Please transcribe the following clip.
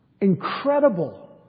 incredible